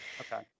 Okay